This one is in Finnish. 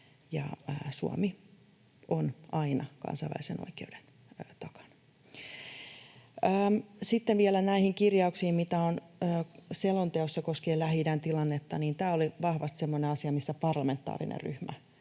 Suomi on aina kansainvälisen oikeuden takana. Sitten vielä näihin kirjauksiin, mitä on selonteossa koskien Lähi-idän tilannetta, niin tämä oli vahvasti semmoinen asia, missä parlamentaarinen ryhmä